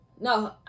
no